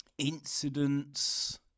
incidents